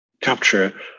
capture